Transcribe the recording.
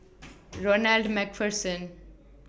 Ronald MacPherson